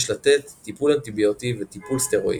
יש לתת טיפול אנטיביוטי וטיפול סטרואידי.